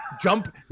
jump